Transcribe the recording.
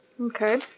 Okay